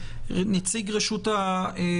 נשמע את נציג רשות ההגירה